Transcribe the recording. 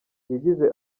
yagize